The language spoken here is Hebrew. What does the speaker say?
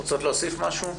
מישהו רוצה להוסיף משהו?